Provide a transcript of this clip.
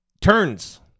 turns